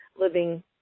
living